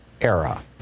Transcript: era